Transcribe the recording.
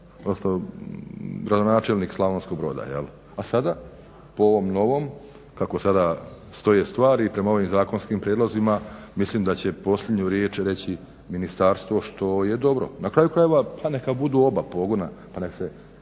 gradonačelnik Slavonskog Broda, a sada po ovom novom kako sada stoje stvari i prema ovim zakonskim prijedlozima mislim da će posljednju riječ reći ministarstvo što je dobro. Na kraju krajeva, pa neka budu oba pogona pa neka bude